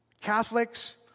Catholics